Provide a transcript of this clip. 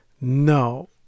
no